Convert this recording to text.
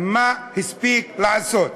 מה הספיק לעשות?